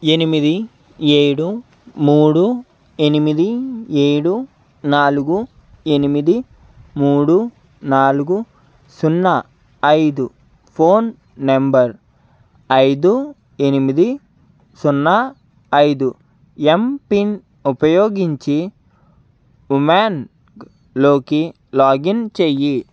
ఎనిమిది ఏడు మూడు ఎనిమిది ఏడు నాలుగు ఎనిమిది మూడు నాలుగు సున్నా ఐదు ఫోన్ నంబర్ ఐదు ఎనిమిది సున్నా ఐదు ఎంపిన్ ఉపయోగించి యుమాన్ లోకి లాగిన్ చేయి